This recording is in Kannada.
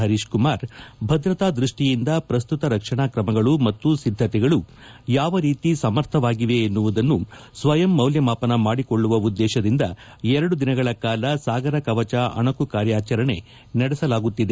ಹರೀಶಕುಮಾರ್ ಭದ್ರತಾ ದೃಷ್ಟಿಯಿಂದ ಪ್ರಸ್ತುತ ರಕ್ಷಣಾ ಕ್ರಮಗಳು ಮತ್ತು ಸಿದ್ದತೆಗಳು ಯಾವ ರೀತಿ ಸಮರ್ಥವಾಗಿವೆ ಎನ್ನುವುದನ್ನು ಸ್ವಯಂ ಮೌಲ್ಯಮಾಪನ ಮಾಡಿಕೊಳ್ಳುವ ಉದ್ದೇಶದಿಂದ ಎರಡು ದಿನಗಳ ಕಾಲ ಸಾಗರ ಕವಚ ಅಣುಕು ಕಾರ್ಯಾಚರಣೆ ನಡೆಸಲಾಗುತ್ತಿದೆ